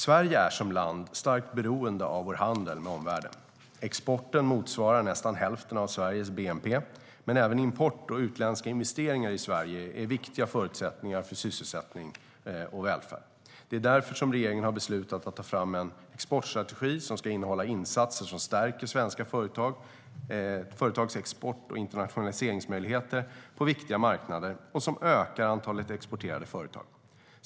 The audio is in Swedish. Sverige är som land starkt beroende av vår handel med omvärlden: Exporten motsvarar nästan hälften av Sveriges bnp, men även import och utländska investeringar i Sverige är viktiga förutsättningar för sysselsättning och välfärd. Det är därför som regeringen har beslutat att ta fram en exportstrategi som ska innehålla insatser som stärker svenska företags export och internationaliseringsmöjligheter på viktiga marknader och som ökar antalet exporterande företag.